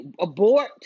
abort